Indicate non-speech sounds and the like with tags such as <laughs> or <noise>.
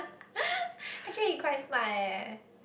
<laughs> actually he quite smart eh